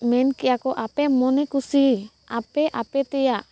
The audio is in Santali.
ᱢᱮᱱ ᱠᱮᱜ ᱟᱠᱚ ᱟᱯᱮ ᱢᱚᱱᱮᱠᱩᱥᱤ ᱟᱯᱮ ᱟᱯᱮᱛᱮᱭᱟᱜ